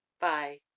bye